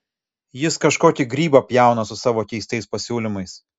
jis kažkokį grybą pjauna su savo keistais pasiūlymais